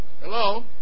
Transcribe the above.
Hello